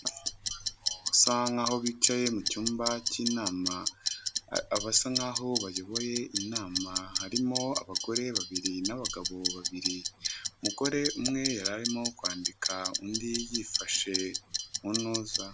Usa nkaho bicaye mu cyumba cy'inama basa nkaho bayoboye inama harimo abagore babiri n'abagabo babiri umugore umwe arimo kwandika undi yifashe muntuza.